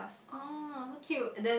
oh so cute